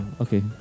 Okay